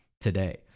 today